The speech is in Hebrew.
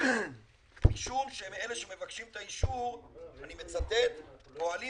משום שהם אלה שמבקשים את האישור ואני מצטט: פועלים